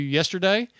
yesterday